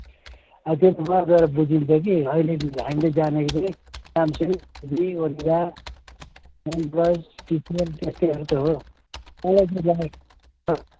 अब त्यो त वहाँ गएर बुझिन्छ कि अहिले हामीले जानेको चाहिँ Samsung LG Onida OnePlus TCL त्यस्तैहरू त हो मलाई